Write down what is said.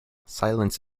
silence